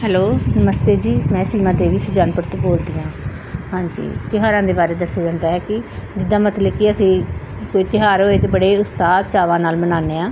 hello ਨਮਸਤੇ ਜੀ ਮੈਂ ਸੀਮਾ ਦੇਵੀ ਸੁਜਾਨਪੁਰ ਤੋਂ ਬੋਲਦੀ ਹਾਂ ਹਾਂਜੀ ਤਿਉਹਾਰਾਂ ਦੇ ਬਾਰੇ ਦੱਸਿਆ ਜਾਂਦਾ ਹੈ ਕਿ ਜਿੱਦਾਂ ਮਤਲਬ ਕਿ ਅਸੀਂ ਕੋਈ ਤਿਉਹਾਰ ਹੋਏ ਤਾਂ ਬੜੇ ਉਤਸ਼ਾਹ ਚਾਵਾਂ ਨਾਲ ਮਨਾਉਂਦੇ ਹਾਂ